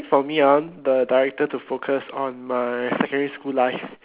for me I want the director to focus on my secondary school life